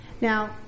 Now